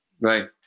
Right